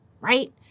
right